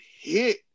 hit